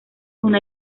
una